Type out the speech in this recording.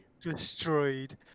destroyed